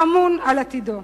האמון על עתידו?